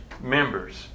members